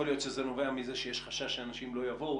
יכול להיות שזה נובע מזה שיש חשש שאנשים לא יבואו,